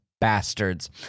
Bastards